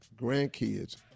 grandkids